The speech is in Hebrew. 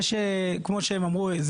כמו שהם אמרו,